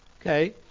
Okay